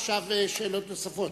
עכשיו שאלות נוספות.